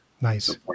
Nice